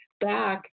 back